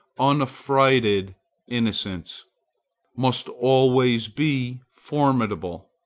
unaffrighted innocence must always be formidable.